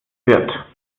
wirt